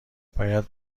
باید